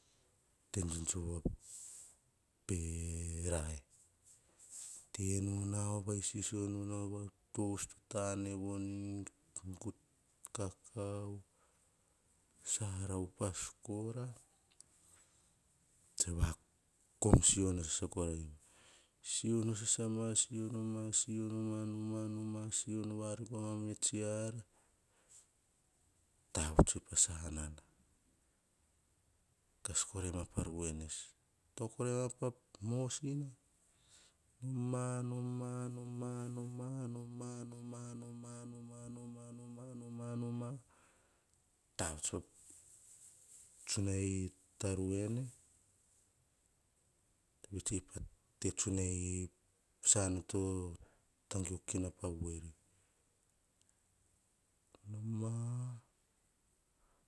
Te geovo va pe rai, te nu nau vai isi so, nu tovus to tane, sara upas kora, kom sisono sasa korai. Siono susa ma pa mosina. noma. noma. noma. noma noma, noma tavuts pa ta tsunai ruwene, vets tsei pa tsunai sanana to ta tangio ki na pa wei.